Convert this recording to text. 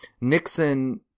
Nixon